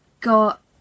got